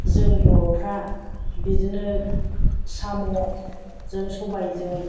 जों बर'फ्रा बिदिनो साम'जों सबायजों